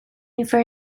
infer